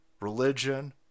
religion